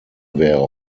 wäre